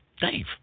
Dave